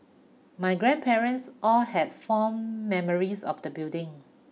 my grandparents all had fond memories of the building